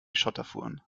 schotterfuhren